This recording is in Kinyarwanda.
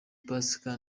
pasika